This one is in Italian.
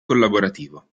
collaborativo